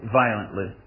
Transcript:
violently